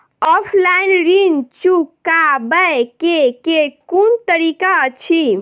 Offline ऋण चुकाबै केँ केँ कुन तरीका अछि?